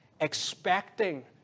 expecting